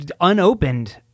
unopened